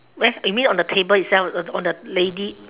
where you mean on the table itself on the lady